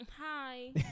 hi